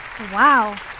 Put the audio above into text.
Wow